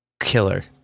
Killer